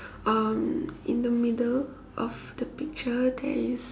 um in the middle of the picture there is